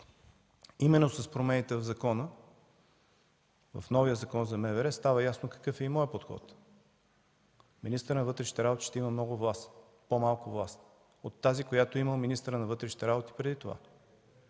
именно с промените в новия Закон за МВР става ясно какъв е и моят подход. Министърът на вътрешните работи ще има много по-малко власт от тази, която е имал министърът на вътрешните работи преди това.